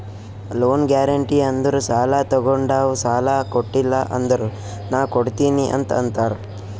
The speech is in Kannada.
ಲೋನ್ ಗ್ಯಾರೆಂಟಿ ಅಂದುರ್ ಸಾಲಾ ತೊಗೊಂಡಾವ್ ಸಾಲಾ ಕೊಟಿಲ್ಲ ಅಂದುರ್ ನಾ ಕೊಡ್ತೀನಿ ಅಂತ್ ಅಂತಾರ್